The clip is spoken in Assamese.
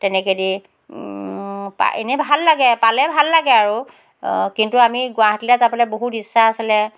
তেনেকেদি পাই এনেই ভাল লাগে পালে ভাল লাগে আৰু কিন্তু আমি গুৱাহাটীলৈ যাবলৈ বহুত ইচ্ছা আছিলে